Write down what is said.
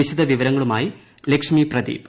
വിശദ വിവരങ്ങളുമായി ലക്ഷ്മി പ്രദീപ്